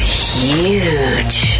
huge